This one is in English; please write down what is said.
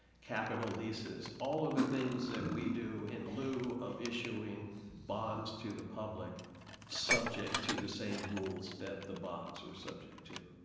capital leases all of the things that we do in lieu of issuing bonds to the public subject to the same rules that the bonds were subject to.